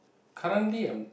currently I'm